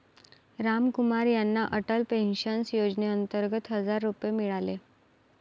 रामकुमार यांना अटल पेन्शन योजनेअंतर्गत हजार रुपये मिळाले